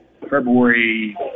February